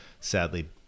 sadly